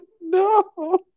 no